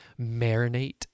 marinate